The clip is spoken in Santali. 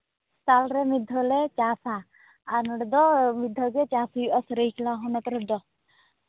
ᱥᱟᱞ ᱨᱮ ᱢᱤᱫ ᱫᱷᱟᱣ ᱞᱮ ᱪᱟᱥᱼᱟ ᱟᱨ ᱱᱚᱰᱮ ᱫᱚ ᱢᱤᱫ ᱫᱷᱟᱣ ᱜᱮ ᱪᱟᱥ ᱦᱩᱭᱩᱜᱼᱟ ᱥᱟᱹᱨᱟᱹᱭᱠᱮᱞᱟ ᱦᱚᱱᱚᱛ ᱨᱮᱫᱚ